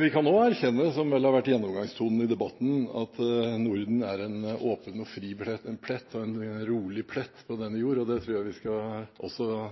Vi kan også erkjenne – som vel har vært gjennomgangstonen i debatten – at Norden er en åpen, fri og rolig plett på denne jord. Det tror jeg også vi skal